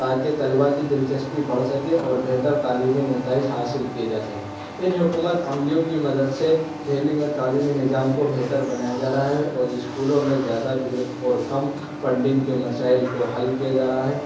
تاکہ طلبہ کی دلچسپی بڑھ سکے اور بہتر تعلیمی نتائج حاصل کیے جا سکیں ان حکومت عملیوں کی مدد سے دہلی میں تعلیمی نظام کو بہتر بنایا جا رہا ہے اور اسکولوں میں زیادہ بھیڑ کو کم فنڈنگ کے مسائل کو حل کیا جا رہا ہے